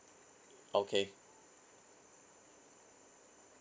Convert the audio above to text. okay